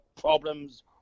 problems